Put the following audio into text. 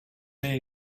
may